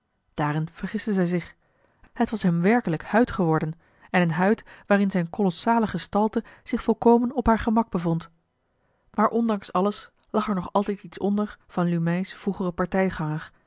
daarin vergisten zij zich het was hem werkelijk huid geworden en eene huid waarin zijne colossale gestalte zich volkomen op haar gemak bevond maar ondanks alles lag er nog altijd iets onder van lumey's vroegeren